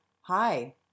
Hi